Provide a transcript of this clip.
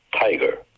tiger